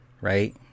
right